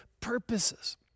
purposes